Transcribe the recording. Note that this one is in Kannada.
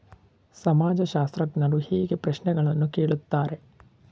ಸಮಾಜಶಾಸ್ತ್ರಜ್ಞರು ಹೇಗೆ ಪ್ರಶ್ನೆಗಳನ್ನು ಕೇಳುತ್ತಾರೆ?